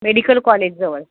medical कॉलेजजवळ